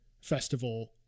festival